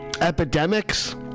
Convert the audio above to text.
Epidemics